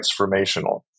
transformational